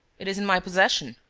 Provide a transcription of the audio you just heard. it is in my possession!